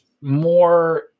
more